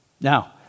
Now